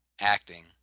Acting